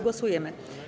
Głosujemy.